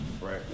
right